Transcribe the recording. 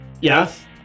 Yes